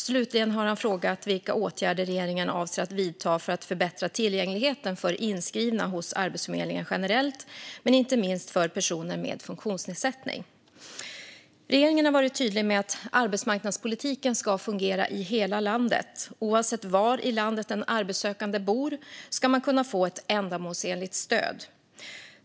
Slutligen har han frågat vilka åtgärder regeringen avser att vidta för att förbättra tillgängligheten för inskrivna hos Arbetsförmedlingen generellt, men inte minst för personer med funktionsnedsättning. Regeringen har varit tydlig med att arbetsmarknadspolitiken ska fungera i hela landet. Oavsett var i landet en arbetssökande bor ska man kunna få ett ändamålsenligt stöd.